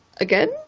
again